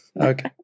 Okay